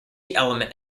element